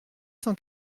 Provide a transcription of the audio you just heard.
cent